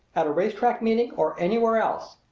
at a racetrack meeting, or anywhere else.